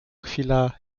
chwila